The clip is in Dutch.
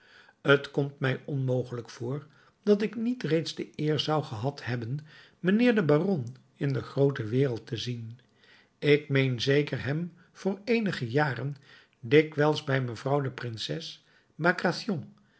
t komt mij onmogelijk voor dat ik niet reeds de eer zou gehad hebben mijnheer den baron in de groote wereld te zien ik meen zeker hem voor eenige jaren dikwijls bij mevrouw de prinses